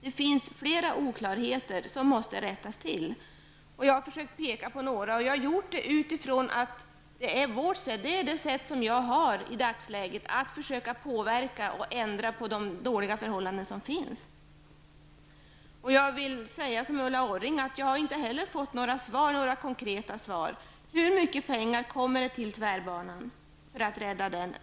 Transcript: Det finns flera oklarheter som måste rättas till. Jag har försökt peka på några. Det är min enda möjlighet i dagsläget att försöka påverka och ändra på de dåliga förhållanden som finns. Jag vill säga som Ulla Orring, att inte heller jag har fått några konkreta svar. Hur mycket pengar satsas på tvärbanan för att rädda den?